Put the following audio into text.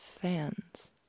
fans